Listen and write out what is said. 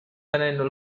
tenendo